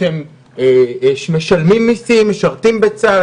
הם משלמים מיסים ומשרתים בצה"ל,